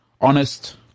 honest